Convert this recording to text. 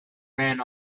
ran